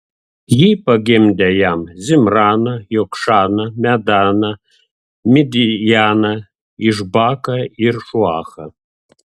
ji pagimdė jam zimraną jokšaną medaną midjaną išbaką ir šuachą